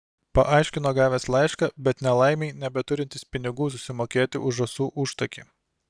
paaiškino gavęs laišką bet nelaimei nebeturintis pinigų susimokėti už žąsų užtakį